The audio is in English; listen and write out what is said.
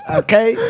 okay